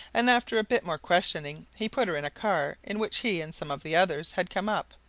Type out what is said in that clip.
and after a bit more questioning he put her in a car in which he and some of the others had come up,